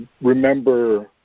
remember